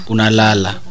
Unalala